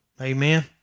Amen